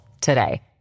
today